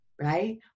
right